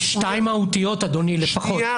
יש שתיים מהותיות לפחות, אדוני.